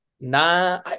nah